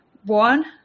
One